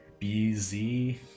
BZ